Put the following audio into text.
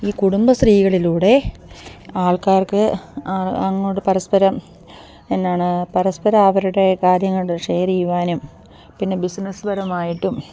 ഈ കുടുംബശ്രീകളിലൂടെ ആൾക്കാർക്ക് അങ്ങോട് പരസ്പരം എന്താണ് പരസ്പരം അവരുടെ കാര്യങ്ങള് ഷെയര് ചെയ്യുവാനും പിന്നെ ബിസിനസ് പരമായിട്ടും